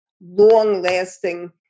long-lasting